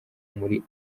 muri